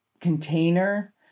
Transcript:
container